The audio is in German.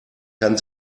kann